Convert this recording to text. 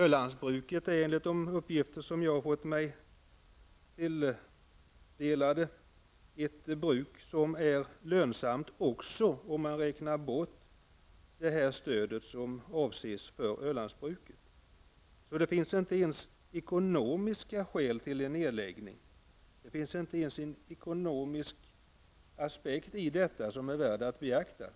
Ölandsbruket är enligt de uppgifter som jag har tagit del av ett bruk som är lönsamt också om man räknar bort det stöd som avses för Ölandsbruket. Det finns alltså inte ens ekonomiska skäl för en nedläggning, det finns inte ens en ekonomisk aspekt i detta som är värd att beakta.